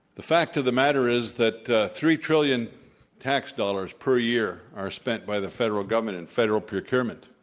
the fact of the matter is that three trillion tax dollars per year are spent by the federal government in federal procurement.